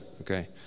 okay